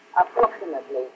approximately